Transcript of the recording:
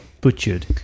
butchered